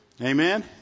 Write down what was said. Amen